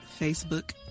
Facebook